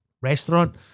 restaurant